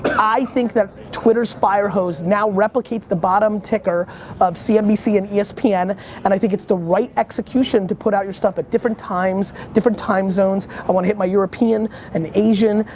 i think that twitter's fire hose now replicates the bottom ticker of cnbc and espn and i think it's the right execution to put out your stuff at different times, different time zones. i wanna hit my european and asian,